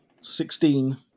Sixteen